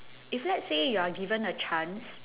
if let's say you're given a chance